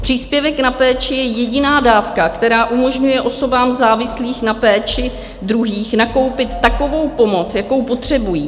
Příspěvek na péči je jediná dávka, která umožňuje osobám závislým na péči druhých nakoupit takovou pomoc, jakou potřebují.